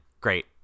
Great